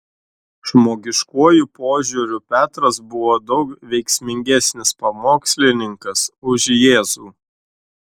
žmogiškuoju požiūriu petras buvo daug veiksmingesnis pamokslininkas už jėzų